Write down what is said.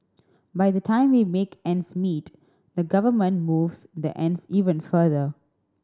by the time we make ends meet the government moves the ends even further